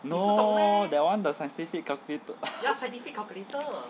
no that one the scientific calculator